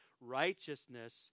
Righteousness